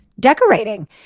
Decorating